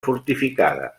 fortificada